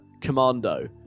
Commando